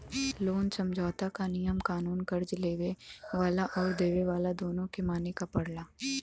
loan समझौता क नियम कानून कर्ज़ लेवे वाला आउर देवे वाला दोनों के माने क पड़ला